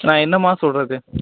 நான் என்னம்மா சொல்கிறது